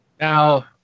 now